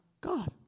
God